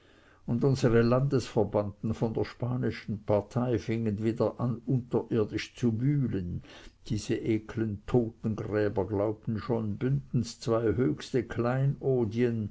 und unsere landesverbannten von der spanischen partei fingen wieder an unterirdisch zu wühlen diese ekeln totengräber glaubten schon bündens zwei höchste kleinodien